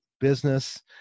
business